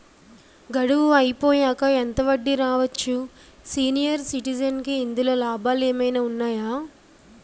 గడువు అయిపోయాక ఎంత వడ్డీ రావచ్చు? సీనియర్ సిటిజెన్ కి ఇందులో లాభాలు ఏమైనా ఉన్నాయా?